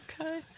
Okay